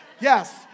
Yes